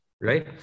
right